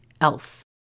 else